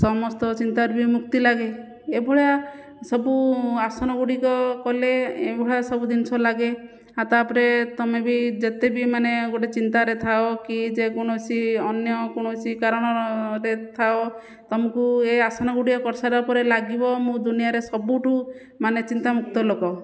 ସମସ୍ତ ଚିନ୍ତାରୁ ବି ମୁକ୍ତି ଲାଗେ ଏଇଭଳିଆ ସବୁ ଆସନଗୁଡ଼ିକ କଲେ ଏଇଭଳିଆ ସବୁ ଜିନିଷ ଲାଗେ ଆ ତା'ପରେ ତୁମେ ବି ଯେତେ ବି ମାନେ ଗୋଟେ ଚିନ୍ତାରେ ଥାଅ କି ଯେ କୌଣସି ଅନ୍ୟ କୌଣସି କାରଣରେ ଥାଅ ତୁମକୁ ଏ ଆସନଗୁଡ଼ିକ କରିସାରିବା ପରେ ଲାଗିବ ମୁଁ ଦୁନିଆରେ ସବୁଠୁ ମାନେ ଚିନ୍ତାମୁକ୍ତ ଲୋକ